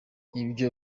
ibyo